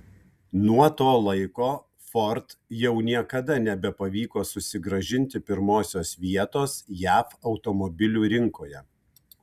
nuo to laiko ford jau niekada nebepavyko susigrąžinti pirmosios vietos jav automobilių rinkoje